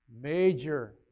major